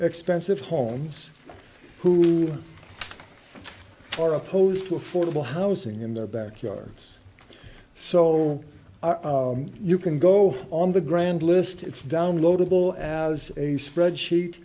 expensive homes who are opposed to affordable housing in their backyards so you can go on the grand list it's downloadable as a spreadsheet